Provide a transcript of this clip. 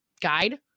guide